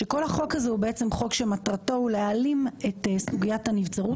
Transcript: שכל החוק הזה הוא בעצם חוק שמטרתו להעלים את סוגיית הנבצרות